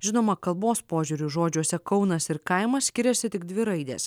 žinoma kalbos požiūriu žodžiuose kaunas ir kaimas skiriasi tik dvi raidės